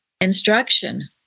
instruction